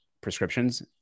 prescriptions